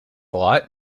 lot